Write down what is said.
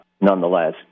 nonetheless